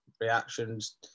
reactions